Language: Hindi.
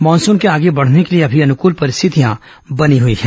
मानसून के आगे बढ़ने के लिए अभी अनुकूल परिस्थितियां बनी हुई हैं